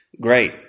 Great